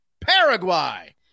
Paraguay